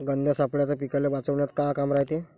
गंध सापळ्याचं पीकाले वाचवन्यात का काम रायते?